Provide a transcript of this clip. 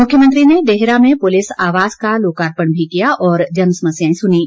मुख्यमंत्री ने देहरा में पुलिस आवास का लोकार्पण भी किया और जनसमस्याएं सुनीं